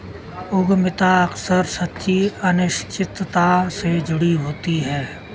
उद्यमिता अक्सर सच्ची अनिश्चितता से जुड़ी होती है